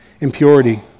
Impurity